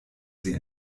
sie